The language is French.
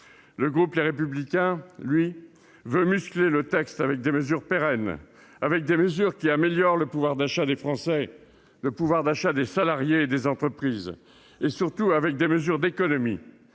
le groupe Les Républicains veut muscler le texte avec des mesures pérennes, des mesures qui améliorent le pouvoir d'achat des Français, des salariés et des entreprises, et, surtout, des mesures d'économie,